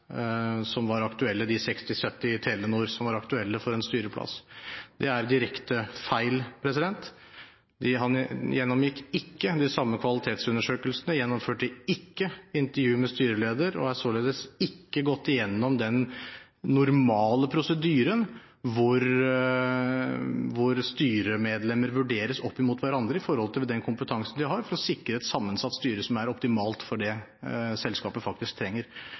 som de andre 60–70 i Telenor som var aktuelle for en styreplass. Det er direkte feil. Han gjennomgikk ikke de samme kvalitetsundersøkelsene, gjennomførte ikke intervju med styreleder, og har således ikke gått gjennom den normale prosedyren hvor styremedlemmer vurderes opp imot hverandre i forhold til den kompetansen de har, for å sikre et sammensatt styre som er optimalt for det selskapet trenger.